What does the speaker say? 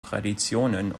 traditionen